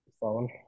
phone